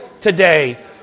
today